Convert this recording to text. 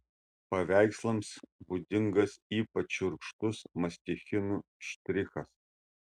paveikslams būdingas ypač šiurkštus mastichinų štrichas